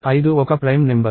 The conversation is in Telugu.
ఐదు ఒక ప్రైమ్ నెంబర్